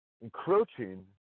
Encroaching